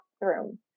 bathroom